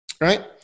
right